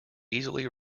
easily